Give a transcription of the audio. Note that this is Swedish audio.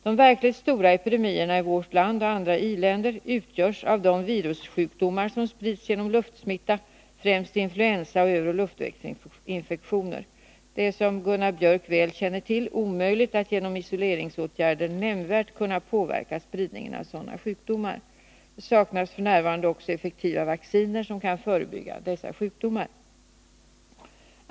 De verkligt stora epidemierna i vårt land och andra i-länder utgörs av de virussjukdomar som sprids genom luftsmitta, främst influensa och övre luftvägsinfektioner. Det är som Gunnar Biörck väl känner till omöjligt att genom isoleringsåtgärder nämnvärt påverka spridningen av sådana sjukdomar. Det saknas f. n. också effektiva vacciner som kan förebygga dessa sjukdomar.